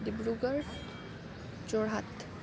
Dibrugarh Jorhat